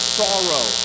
sorrow